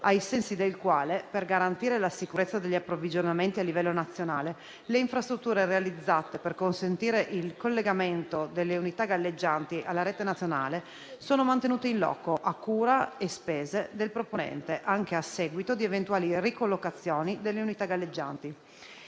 ai sensi del quale, per garantire la sicurezza degli approvvigionamenti a livello nazionale, le infrastrutture realizzate per consentire il collegamento delle unità galleggianti alla rete nazionale sono mantenute in loco, a cura e spese del proponente, anche a seguito di eventuali ricollocazioni delle unità galleggianti.